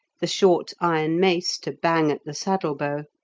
the short iron mace to bang at the saddle-bow,